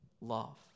love